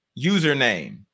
username